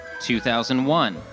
2001